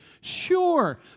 Sure